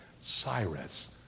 Cyrus